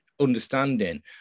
understanding